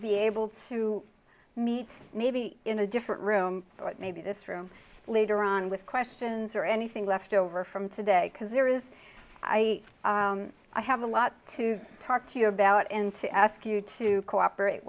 be able to meet maybe in a different room maybe this room later on with questions or anything left over from today because there is i i have a lot to talk to you about and to ask you to cooperate